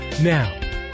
Now